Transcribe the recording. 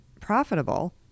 profitable